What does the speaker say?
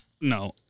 no